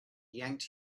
yanked